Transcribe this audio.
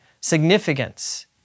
significance